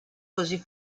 così